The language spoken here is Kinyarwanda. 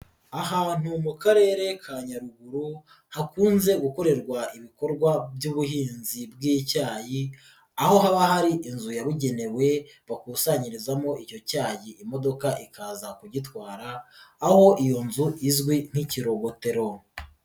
Ahantu mu Karere ka Nyaruguru hakunze gukorerwa ibikorwa by'ubuhinzi bw'icyayi aho haba hari inzu yabugenewe bakusanyirizamo icyo cyayi imodoka ikaza kugitwara, aho iyo nzu izwi nk'ikirogotero.